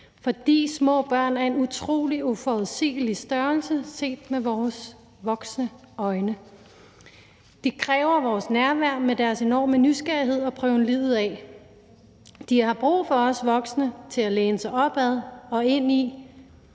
fordi små børn er en utrolig uforudsigelig størrelse set med vores voksne øjne. De kræver vores nærvær med deres enorme nysgerrighed og prøven livet af. De har brug for os voksne til at læne sig op ad og ind i,